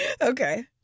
Okay